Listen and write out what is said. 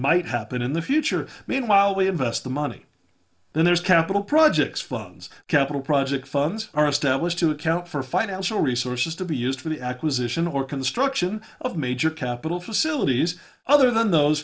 might happen in the future meanwhile we invest the money and there's capital projects phones capital projects funds are established to account for financial resources to be used for the at it was ition or construction of major capital facilities other than those